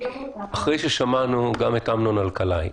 אחרי ששמענו גם את אמנון אלקלעי,